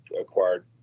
acquired